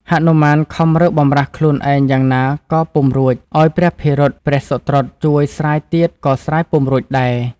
ហនុមានខំរើបម្រះខ្លួនឯងយ៉ាងណាក៏ពុំរួចឱ្យព្រះភិរុត ព្រះសុត្រុតជួយស្រាយទៀតក៏ស្រាយពុំរួចដែរ។